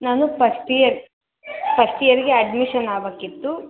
ನಾನು first year first ಇಯರಿಗೆ admission ಆಬೇಕಿತ್ತು